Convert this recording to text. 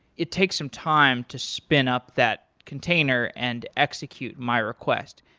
it takes some time to spin up that container and execute my request.